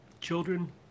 Children